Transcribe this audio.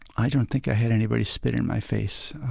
i don't think i had anybody spit in my face.